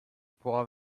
pourras